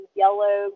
yellow